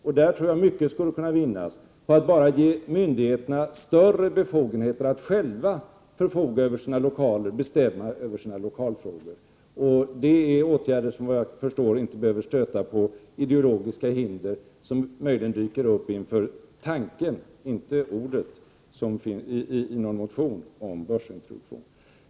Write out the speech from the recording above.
Därigenom tror jag mycket skulle kunna vinnas, dvs. genom att bara ge myndigheterna större befogenheter att själva förfoga över sina lokaler och bestämma i sina lokalfrågor. Det är åtgärder som enligt vad jag förstår inte behöver stöta på ideologiska hinder, som möjligen dyker upp inför tanken — inte ordet; något sådant finns inte i motionen — på börsintroduktion.